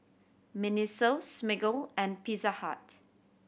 MINISO Smiggle and Pizza Hut